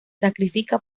sacrifica